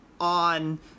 on